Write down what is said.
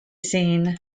seen